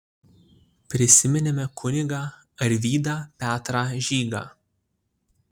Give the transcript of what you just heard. prisiminėme kunigą arvydą petrą žygą